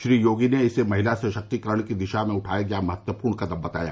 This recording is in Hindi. श्री योगी ने इसे महिला सशक्तीकरण की दिशा में उठाया गया महत्वपूर्ण कदम बताया